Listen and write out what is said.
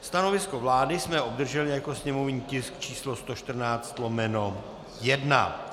Stanovisko vlády jsme obdrželi jako sněmovní tisk číslo 114/1.